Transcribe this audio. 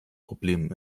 problemen